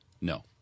No